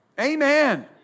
Amen